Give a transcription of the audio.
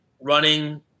running